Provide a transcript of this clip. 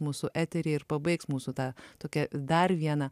mūsų eteryje ir pabaigs mūsų tą tokią dar vieną